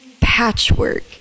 patchwork